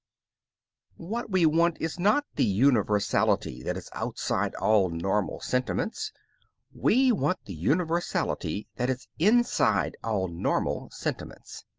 what we want is not the universality that is outside all normal sentiments we want the universality that is inside all normal sentiments.